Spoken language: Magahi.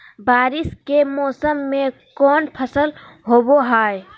बारिस के मौसम में कौन फसल होबो हाय?